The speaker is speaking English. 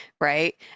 right